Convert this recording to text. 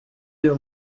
uyu